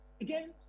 Again